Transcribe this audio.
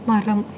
மரம்